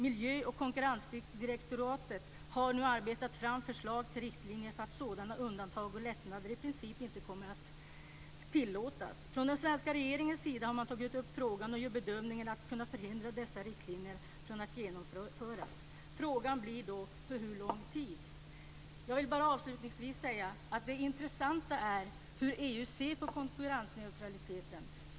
Miljö och konkurrensdirektoraten har nu arbetat fram förslag till riktlinjer för att sådana undantag och lättnader i princip inte ska tillåtas. Från den svenska regeringens sida har man tagit upp frågan och bedömer att man ska kunna förhindra att dessa riktlinjer genomförs. Frågan blir då för hur lång tid. Jag vill bara avslutningsvis säga att det intressanta är hur EU ser på konkurrensneutraliteten.